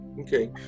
Okay